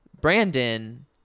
Brandon